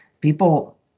people